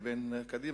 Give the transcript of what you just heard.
לבין קדימה,